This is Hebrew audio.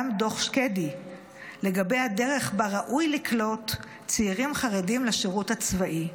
גם דוח שקדי לגבי הדרך שבה ראוי לקלוט צעירים חרדים בשירות הצבאי.